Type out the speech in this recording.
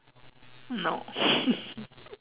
no